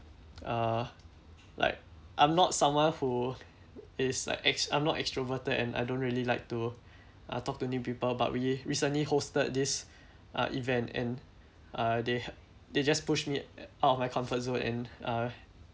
uh like I'm not someone who is like ex~ I'm not extroverted and I don't really like to uh talk to new people but we recently hosted this uh event and uh they they just pushed me out of my comfort zone and uh